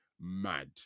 mad